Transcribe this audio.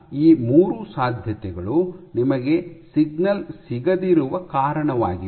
ಆದ್ದರಿಂದ ಈ ಮೂರು ಸಾಧ್ಯತೆಗಳು ನಿಮಗೆ ಸಿಗ್ನಲ್ ಸಿಗದಿರುವ ಕಾರಣವಾಗಿವೆ